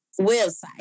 website